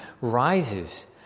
rises